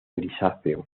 grisáceo